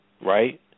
right